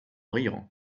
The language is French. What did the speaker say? riant